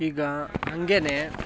ಈಗ ಹಾಗೇನೇ